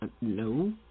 no